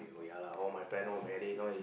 oh ya lah all my friend all married all